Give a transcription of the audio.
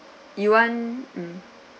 you want mm